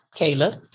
Kayla